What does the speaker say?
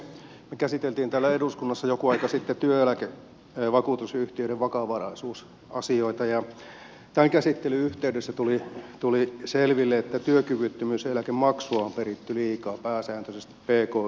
me käsittelimme täällä eduskunnassa joku aika sitten työeläkevakuutusyhtiöiden vakavaraisuusasioita ja tämän käsittelyn yhteydessä tuli selville että työkyvyttömyyseläkemaksua on peritty liikaa pääsääntöisesti pk yrityksiltä